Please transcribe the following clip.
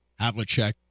Havlicek